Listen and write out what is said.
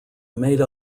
made